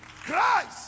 Christ